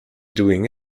doing